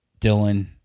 Dylan